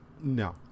No